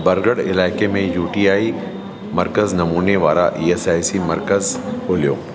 बरगढ़ इलाइक़े में U T I मर्कज़ नमूने वारा ई एस आई सी मर्कज़ ॻोल्हियो